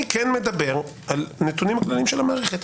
אני מדבר על נתונים כלליים של המערכת.